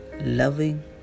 loving